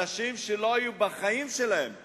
אנשים שלא היו בחיים שלהם במלון,